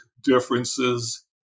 differences